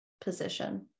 position